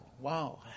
wow